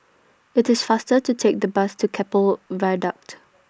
IT IS faster to Take The Bus to Keppel Viaduct